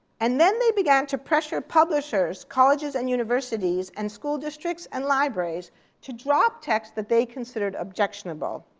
and then they began to pressure publishers, colleges, and universities, and school districts, and libraries to drop text that they considered objectionable.